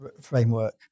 framework